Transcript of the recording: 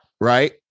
right